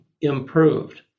improved